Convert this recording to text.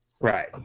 Right